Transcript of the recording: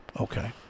Okay